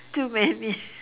too many